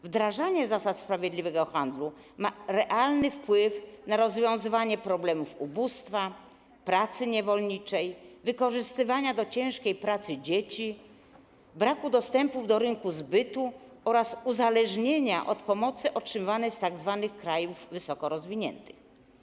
Wdrażanie zasad sprawiedliwego handlu ma realny wpływ na rozwiązywanie problemów ubóstwa, pracy niewolniczej, wykorzystywania do ciężkiej pracy dzieci, braku dostępu do rynków zbytu oraz uzależnienia od pomocy otrzymywanej z tzw. krajów wysoko rozwiniętych.